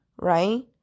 right